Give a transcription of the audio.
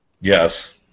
Yes